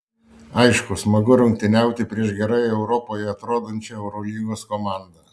aišku smagu rungtyniauti prieš gerai europoje atrodančią eurolygos komandą